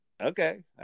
okay